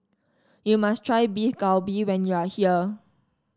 you must try Beef Galbi when you are here